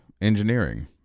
engineering